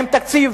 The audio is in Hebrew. עם תקציב